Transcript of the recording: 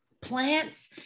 Plants